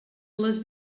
les